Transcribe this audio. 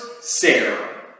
Sarah